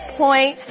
point